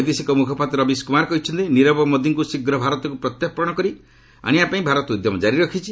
ବୈଦେଶିକ ମୁଖପାତ୍ର ରବୀଶ କୁମାର କହିଛନ୍ତି ନିରବ ମୋଦିଙ୍କୁ ଶୀଘ୍ର ଭାରତକୁ ପ୍ରତ୍ୟର୍ପଶ କରି ଆଶିବାପାଇଁ ଭାରତ ଉଦ୍ୟମ ଜାରି ରଖିଛି